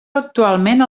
actualment